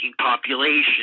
population